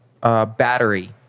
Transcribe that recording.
battery